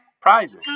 Prizes